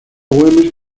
güemes